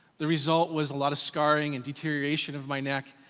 the result was a lot of scaring and deterioration of my neck.